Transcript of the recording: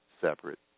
separate